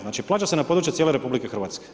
Znači plaća se na području cijele RH.